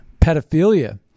pedophilia